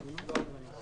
זה לא זה.